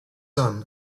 son